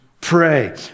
Pray